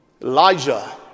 Elijah